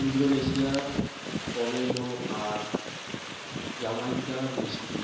ইন্দোনেশিয়ার পমেলো আর জামাইকার মিষ্টি